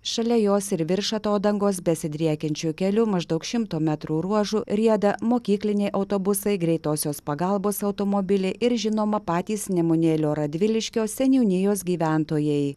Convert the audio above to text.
šalia jos ir virš atodangos besidriekiančiu keliu maždaug šimto metrų ruožu rieda mokykliniai autobusai greitosios pagalbos automobiliai ir žinoma patys nemunėlio radviliškio seniūnijos gyventojai